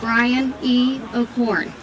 brian eat morn